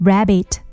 Rabbit